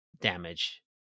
damage